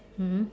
mmhmm